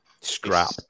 scrap